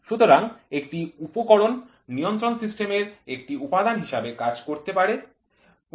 সুতরাং একটি উপকরণ নিয়ন্ত্রণ সিস্টেমের একটি উপাদান হিসাবে কাজ করতে পারে